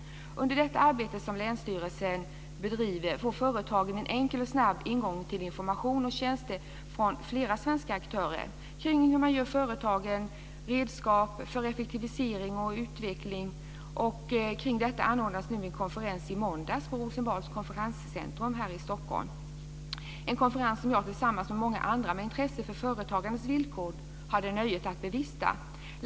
Under detta arbete, som länsstyrelsen bedriver, får företagen en enkel och snabb ingång till information och tjänster från flera svenska aktörer. De gäller hur man gör med företagen, redskap för effektivisering och utveckling. Kring detta anordnades en konferens nu i måndags på Rosenbads konferenscentrum här i Stockholm. Jag hade, tillsammans med många andra med intresse för företagandets villkor, nöjet att bevista denna konferens.